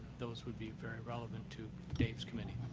those would be very relevant to dave's committee.